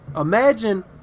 imagine